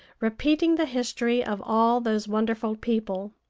repeating the history of all those wonderful people.